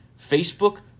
Facebook